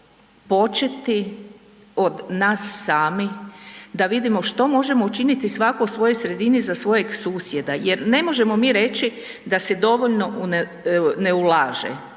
početi od nas sami da vidimo što možemo učiniti svako u svojoj sredini za svojeg susjeda jer ne možemo mi reći da se dovoljno ne ulaže,